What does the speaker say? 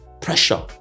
Pressure